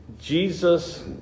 Jesus